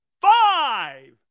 Five